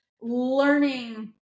learning